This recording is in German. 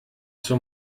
zur